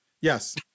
Yes